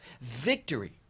victory